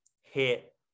hit